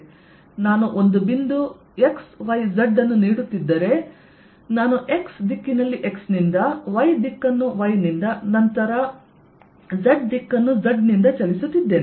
ನಾನು ಒಂದು ಬಿಂದು x y z ಅನ್ನು ನೀಡುತ್ತಿದ್ದರೆ ನಾನು x ದಿಕ್ಕಿನಲ್ಲಿ x ನಿಂದ y ದಿಕ್ಕನ್ನು y ನಿಂದ ಮತ್ತು ನಂತರ z ದಿಕ್ಕನ್ನು z ನಿಂದ ಚಲಿಸುತ್ತಿದ್ದೇನೆ